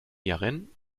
yaren